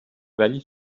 ولی